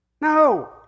No